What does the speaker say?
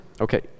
Okay